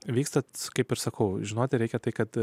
vyksta kaip ir sakau žinote reikia tai kad